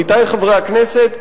עמיתי חברי הכנסת,